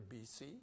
BC